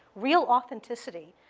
real authenticity,